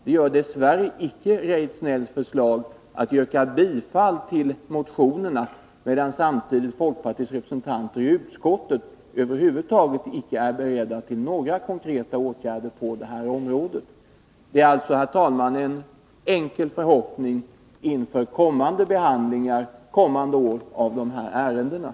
Det gör dess värre inte Eric Rejdnells yrkande om bifall till motionerna samtidigt som folkpartiets representanter i utskottet över huvud taget icke är beredda till några konkreta åtgärder på detta område. Detta är, herr talman, en enkel förhoppning inför behandlingen av dessa ärenden kommande år.